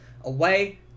away